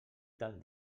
tal